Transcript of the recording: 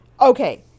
Okay